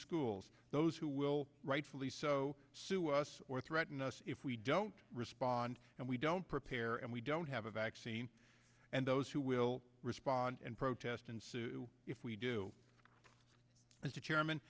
schools those who will rightfully so sue us or threaten us if we don't respond and we don't prepare and we don't have a vaccine and those who will respond and protest and if we do as